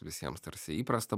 visiems tarsi įprasta